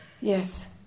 Yes